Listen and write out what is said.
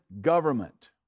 government